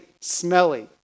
smelly